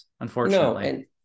unfortunately